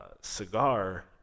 cigar